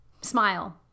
Smile